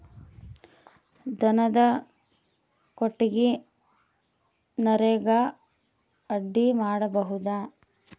ದನದ ಕೊಟ್ಟಿಗಿ ನರೆಗಾ ಅಡಿ ಮಾಡಬಹುದಾ?